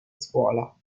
scuola